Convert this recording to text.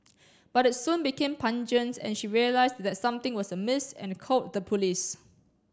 but it soon became pungent and she realised that something was amiss and called the police